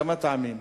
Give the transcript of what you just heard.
מכמה טעמים.